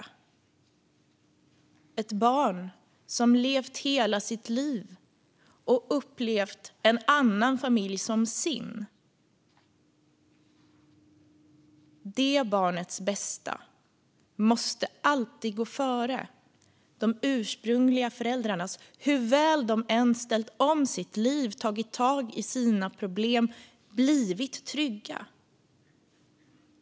När ett barn levt hela sitt liv i en annan familj och upplevt den som sin, måste det barnets bästa alltid gå före de ursprungliga föräldrarnas, hur väl de än ställt om sina liv, tagit tag i sina problem och blivit trygga.